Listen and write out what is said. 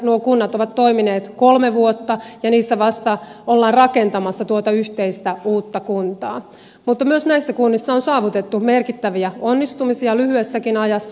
nuo kunnat ovat toimineet kolme vuotta ja niissä vasta ollaan rakentamassa tuota yhteistä uutta kuntaa mutta myös näissä kunnissa on saavutettu merkittäviä onnistumisia lyhyessäkin ajassa